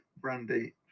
Brandy